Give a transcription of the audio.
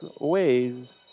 ways